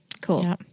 Cool